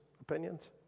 opinions